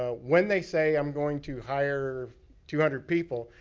ah when they say i'm going to hire two hundred people.